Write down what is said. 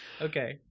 Okay